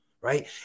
right